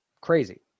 Crazy